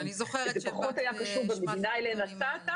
זה פחות היה קשור במדינה אליה נסעת.